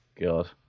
God